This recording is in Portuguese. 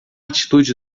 atitude